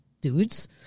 dudes